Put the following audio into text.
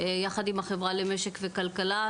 יחד עם החברה למשק וכלכלה,